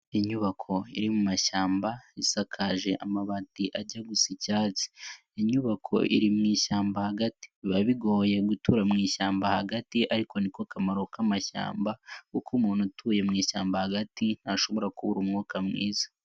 Inyubako iri mu mumashyamba, isakaje amabati ajya gusa icyatsi, inyubako iri mu ishyamba hagati, biba bigoye gutura mwishyamba hagati ariko niko kamaro k'amashyamba kuko umuntuntu utuye mu ishyamba hagati ntashobora kubura umwuka mwiza.